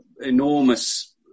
enormous